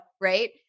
Right